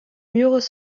murs